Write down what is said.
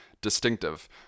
distinctive